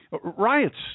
Riots